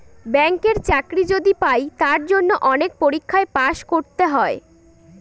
ব্যাঙ্কের চাকরি যদি পাই তার জন্য অনেক পরীক্ষায় পাস করতে হয়